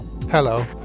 Hello